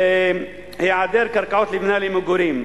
היעדר קרקעות לבנייה למגורים,